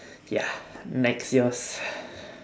ya next yours